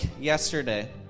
yesterday